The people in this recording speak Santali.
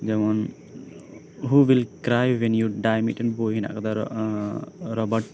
ᱡᱮᱢᱚᱱ ᱦᱩ ᱩᱭᱤᱞ ᱠᱨᱟᱭ ᱮᱵᱷᱤᱱᱤᱭᱩ ᱰᱟᱭ ᱢᱤᱫᱴᱟᱱ ᱵᱳᱭ ᱦᱮᱱᱟᱜ ᱠᱟᱫᱟ ᱨᱚᱵᱟᱨᱴ